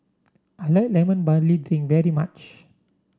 I like Lemon Barley Drink very much